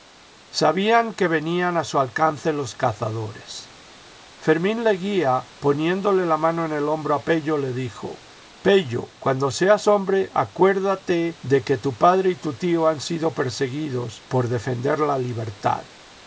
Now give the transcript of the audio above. sabían que venían a su alcance los cazadores fermín leguía poniéndole la mano en el hombro a pello le dijo pello cuando seas hombre acuérdate de que tu padre y tu tío han sido perseguidos por defender la libertad